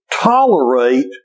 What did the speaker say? Tolerate